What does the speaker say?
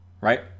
right